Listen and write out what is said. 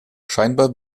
scheinbar